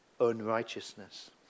unrighteousness